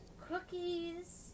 cookies